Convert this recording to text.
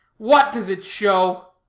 what does it show?